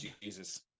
Jesus